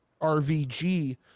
rvg